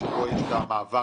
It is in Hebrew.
שבו יש את המעבר